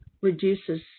reduces